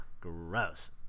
gross